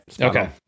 Okay